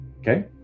Okay